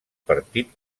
partit